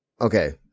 okay